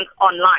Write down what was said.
online